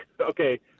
Okay